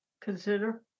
consider